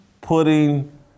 putting